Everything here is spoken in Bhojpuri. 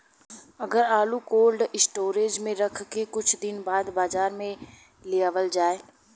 अगर आलू कोल्ड स्टोरेज में रख के कुछ दिन बाद बाजार में लियावल जा?